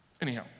Anyhow